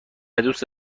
دوست